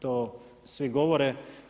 To svi govore.